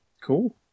Cool